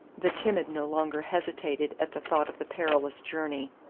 the timid no longer hesitated at the thought of the perilous journey.